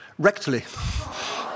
rectally